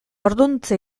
orduantxe